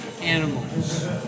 animals